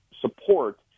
support